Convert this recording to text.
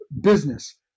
business